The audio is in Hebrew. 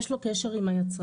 יש לו קשר עם היצרן,